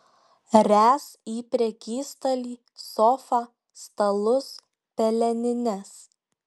ręs į prekystalį sofą stalus pelenines